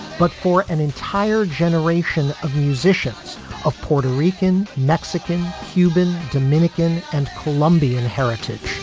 but for an entire generation of musicians of puerto rican, mexican, cuban, dominican and colombian heritage